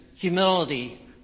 humility